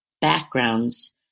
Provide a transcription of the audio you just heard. backgrounds